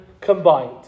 combined